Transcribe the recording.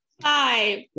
Five